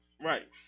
Right